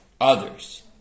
others